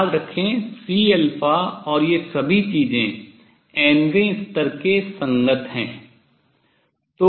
याद रखें C और ये सभी चीजें nवें स्तर के संगत हैं